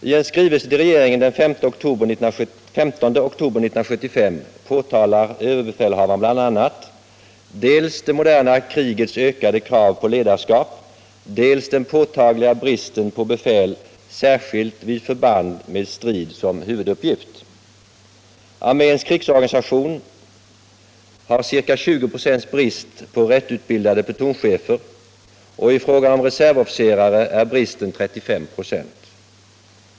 I en skrivelse till regeringen den 15 oktober 1975 påtalar överbefälhavaren bl.a. dels det moderna krigets ökade krav på ledarskap, dels den påtagliga bristen på befäl särskilt vid förband med strid som huvuduppgift. Arméns krigsorganisation har ca 20 26 brist på rättutbildade plutonchefer, och i fråga om reservofficerare är bristen 35 926.